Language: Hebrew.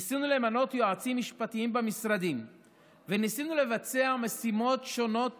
ניסינו למנות יועצים משפטיים במשרדים וניסינו לבצע משימות שונות